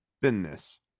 thinness